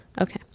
Okay